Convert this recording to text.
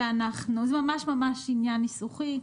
זה ממש עניין ניסוחי,